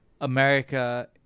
America